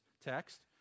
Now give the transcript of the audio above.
text